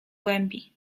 głębi